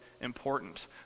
important